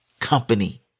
company